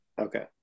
Okay